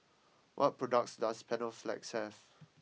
what products does Panaflex have